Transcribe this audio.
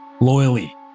loyally